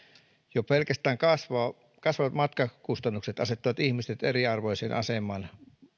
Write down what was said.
jo pelkästään kasvavat matkakustannukset asettavat ihmiset eriarvoiseen asemaan